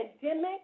pandemic